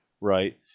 right